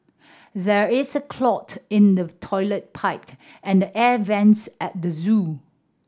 there is a clot in the toilet pipe and the air vents at the zoo